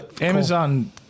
Amazon